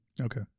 Okay